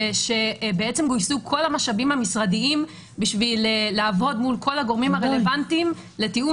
גויסו כל המשאבים המשרדיים כדי לעבוד מול כל הגורמים הרלוונטיים לתיאום